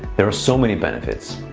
there are so many benefits.